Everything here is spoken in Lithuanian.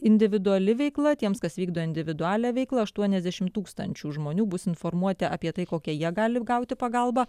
individuali veikla tiems kas vykdo individualią veiklą aštuoniasdešim tūkstančių žmonių bus informuoti apie tai kokią jie gali gauti pagalbą